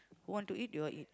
want to eat you all eat